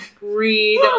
read